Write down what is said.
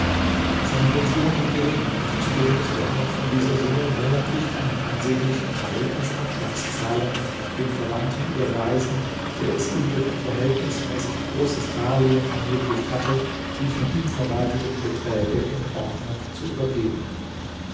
seine pension war gering und zudem mußte er noch von dieser summe monatlich einen ansehnlichen teil als abschlagszahlung dem verwandten überweisen der es ihm durch ein verhältnismäßig großes darlehen ermöglicht hatte die von ihm verwalteten beträge in ordnung zu übergeben